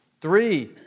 Three